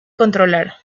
controlar